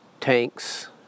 tanks